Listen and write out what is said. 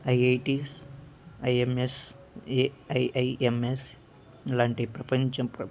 IITs IIMs AIIMS లాంటి ప్రపంచం ప్ర